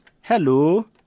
hello